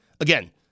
Again